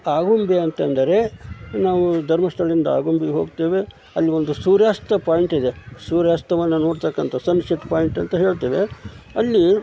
ಆಗುಂಬೆ ಅಂತಂದರೆ ನಾವು ಧರ್ಮಸ್ಥಳದಿಂದ ಆಗುಂಬೆಗೆ ಹೋಗ್ತೇವೆ ಅಲ್ಲಿ ಒಂದು ಸೂರ್ಯಾಸ್ತ ಪಾಯಿಂಟ್ ಇದೆ ಸೂರ್ಯಾಸ್ತವನ್ನು ನೋಡ್ತಕ್ಕಂಥ ಸನ್ಸೆಟ್ ಪಾಯಿಂಟ್ ಅಂತ ಹೇಳ್ತೇವೆ ಅಲ್ಲಿ